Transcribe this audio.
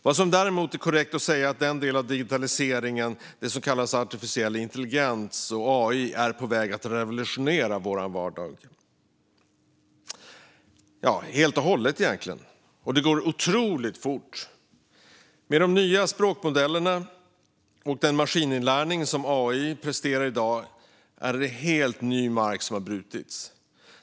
Vad som däremot är korrekt att säga är att artificiell intelligens, AI, är på väg att revolutionerna vår vardag helt och hållet, och det går otroligt fort. Genom de nya språkmodellerna och den maskininlärning som AI presterar i dag har helt ny mark brutits.